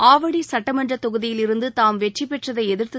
ஆவடி சுட்டமன்றத் தொகுதியிலிருந்து தாம் வெற்றிபெற்றதை எதிர்த்து